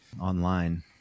online